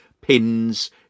pins